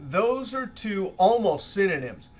those are two almost synonyms.